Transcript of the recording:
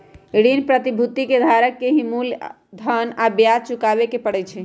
ऋण प्रतिभूति के धारक के ही मूलधन आ ब्याज चुकावे के परई छई